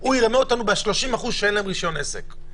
הוא ירמה אותנו ב-30% שאין להם רישיון עסק.